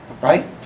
right